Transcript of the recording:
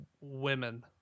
women